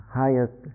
highest